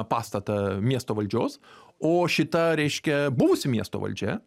pastatą miesto valdžios o šita reiškia buvusi miesto valdžia